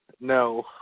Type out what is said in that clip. No